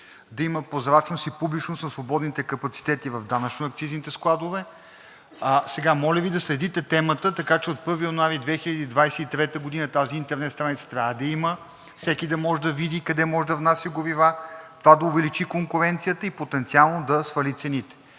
да има прозрачност и публичност със свободните капацитети в данъчно-акцизните складове. Моля Ви да следите темата, така че от 1 януари 2023 г. тази интернет страница трябва да я има, всеки да може да види къде може да внася горива, това да увеличи конкуренцията и потенциално да свали цените.